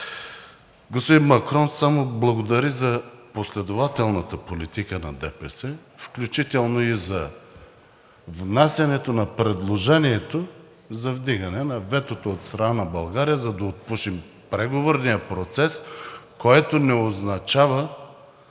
Господин Макрон само благодари за последователната политика на ДПС, включително и за внасяне на предложението за вдигане на ветото от страна на България, за да отпушим преговорния процес, което не означава,